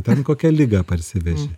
ten kokią ligą parsivei